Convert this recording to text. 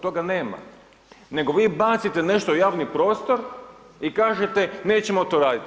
Toga nema, nego vi bacite nešto u javni prostor i kažete, nećemo to raditi.